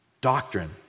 Doctrine